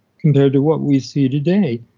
compared to what we see today.